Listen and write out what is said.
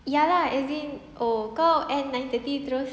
ya lah as in oh kau end nine thirty terus